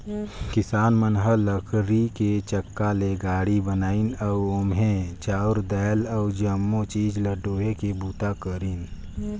किसान मन ह लकरी के चक्का ले गाड़ी बनाइन अउ ओम्हे चाँउर दायल अउ जमो चीज ल डोहे के बूता करिन